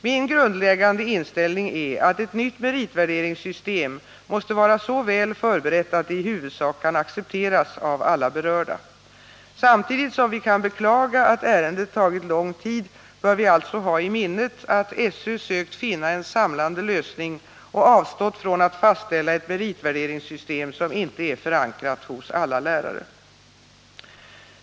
Min grundläggande inställning är att ett nytt meritvärde ningen ringssystem måste vara så väl förberett att det i huvudsak kan accepteras av alla berörda. Samtidigt som vi kan beklaga att ärendet tagit lång tid, bör vi alltså ha i minnet att SÖ sökt finna en samlande lösning och avstått från att fastställa ett meritvärderingssystem som inte är förankrat hos alla lärare.